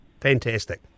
fantastic